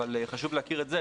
אבל חשוב להכיר את זה,